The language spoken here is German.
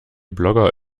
blogger